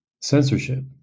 censorship